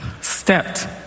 stepped